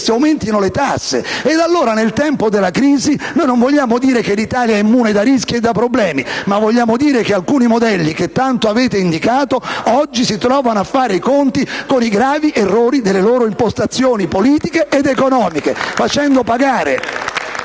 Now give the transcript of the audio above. si aumentino le tasse. Allora, nel tempo della crisi, noi non vogliamo dire che l'Italia è immune da rischi e da problemi, ma vogliamo dire che alcuni modelli, che tanto avete indicato, oggi si trovano a fare i conti con i gravi errori delle loro impostazioni politiche ed economiche *(Applausi